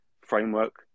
framework